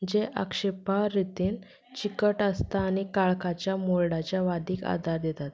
जे आक्षेपा रितीन चिकट आसता आनी काळखाच्या मोल्डाच्या वादीक आदार दितात